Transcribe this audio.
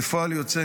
כפועל יוצא,